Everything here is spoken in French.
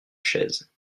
chaises